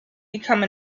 become